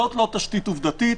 זו לא תשתית עובדתית,